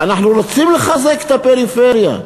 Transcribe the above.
אנחנו רוצים לחזק את הפריפריה,